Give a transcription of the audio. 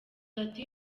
ati